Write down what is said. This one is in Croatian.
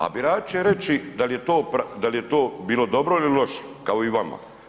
A birači će reći da li je to bilo dobro ili loše, kao i vama.